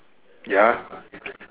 ya